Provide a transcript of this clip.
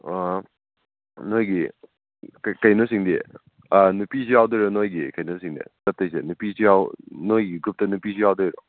ꯑꯥ ꯅꯣꯏꯒꯤ ꯀꯩꯅꯣꯁꯤꯡꯗꯤ ꯑꯥ ꯅꯨꯄꯤꯁꯨ ꯌꯥꯎꯗꯣꯏꯔꯥ ꯅꯣꯏꯒꯤ ꯀꯩꯅꯣꯁꯤꯡꯗꯤ ꯆꯠꯇꯣꯏꯁꯦ ꯅꯨꯄꯤꯁꯨ ꯅꯣꯏꯒꯤ ꯒ꯭ꯔꯨꯞꯇ ꯅꯨꯄꯤꯁꯨ ꯌꯥꯎꯗꯣꯏꯔꯣ